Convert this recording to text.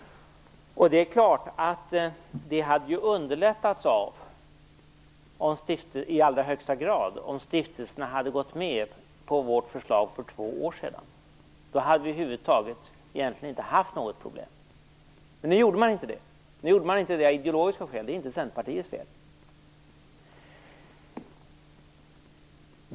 Det hade naturligtvis i allra högsta grad underlättats om stiftelserna hade gått med på vårt förslag för två år sedan. Då hade vi över huvud taget inte haft något problem. Men nu gjorde man inte det av ideologiska skäl. Detta är inte Centerpartiets fel.